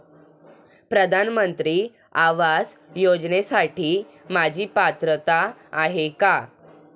प्रधानमंत्री आवास योजनेसाठी माझी पात्रता आहे का?